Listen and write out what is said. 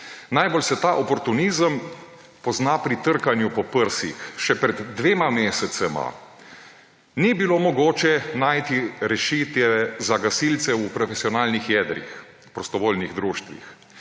Najbolj se ta oportunizem pozna pri trkanju po prsih. Še pred dvema mesecema ni bilo mogoče najti rešitve za gasilce v profesionalnih jedrih prostovoljnih društvih.